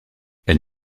elle